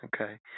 Okay